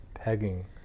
pegging